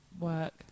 work